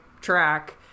track